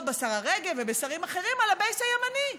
בשרה רגב ובשרים אחרים על ה-base הימני,